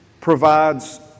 provides